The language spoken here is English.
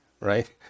right